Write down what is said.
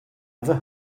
ever